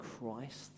Christ